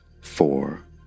four